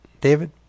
David